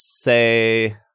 say